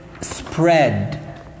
spread